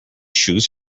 shoes